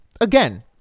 Again